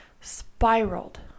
spiraled